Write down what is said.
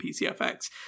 PCFX